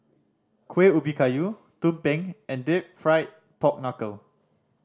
Kueh Ubi Kayu tumpeng and Deep Fried Pork Knuckle